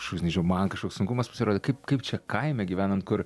kašoks nežiau man kažkoks sunkumas pasirodė kaip kaip čia kaime gyvenant kur